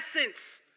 essence